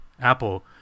Apple